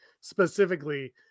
specifically